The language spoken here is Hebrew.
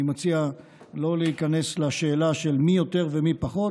מציע לא להיכנס לשאלה של מי יותר ומי פחות.